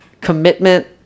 commitment